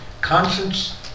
conscience